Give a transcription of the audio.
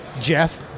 Jeff